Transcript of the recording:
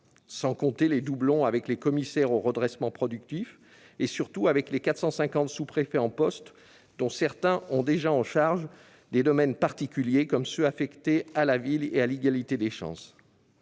sans compter les doublons avec les commissaires au redressement productif et, surtout, avec les 450 sous-préfets en poste, dont certains ont déjà en charge des domaines particuliers, par exemple la ville ou l'égalité des chances.